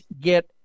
get